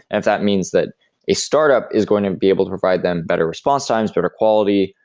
and if that means that a startup is going to be able to provide them better response times, better quality,